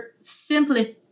simply